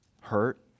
hurt